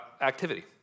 activity